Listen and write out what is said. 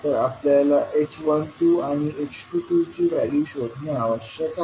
तर आपल्याला h12 आणि h22ची व्हॅल्यू शोधणे आवश्यक आहे